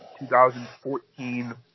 2014